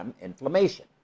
inflammation